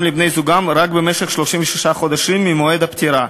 לבני-זוגם רק במשך 36 חודשים ממועד הפטירה.